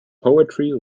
poetry